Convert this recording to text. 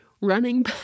running